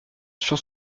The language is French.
sur